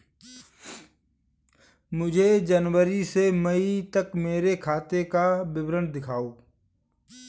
मुझे जनवरी से मई तक मेरे खाते का विवरण दिखाओ?